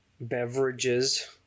beverages